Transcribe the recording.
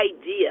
idea